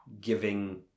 giving